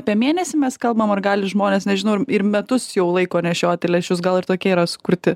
apie mėnesį mes kalbam ar gali žmonės nežinau ir metus jau laiko nešioti lęšius gal ir tokie yra sukurti